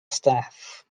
staff